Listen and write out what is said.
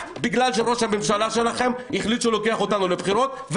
רק בגלל שראש הממשלה שלכם החליט שהוא לוקח אותנו לבחירות,